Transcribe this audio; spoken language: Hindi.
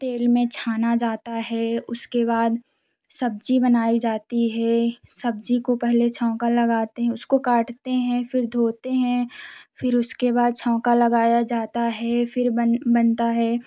तेल में छाना जाता है उसके बाद सब्ज़ी बनाई जाती है सब्ज़ी को पहले को छौंका लगाते उसको काटते हैं फिर धोते हैं फिर उसके बाद छौंका लगाया जाता है फिर बन बनता है